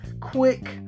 quick